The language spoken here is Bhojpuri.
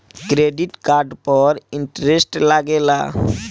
क्रेडिट कार्ड पर इंटरेस्ट लागेला?